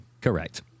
correct